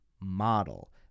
model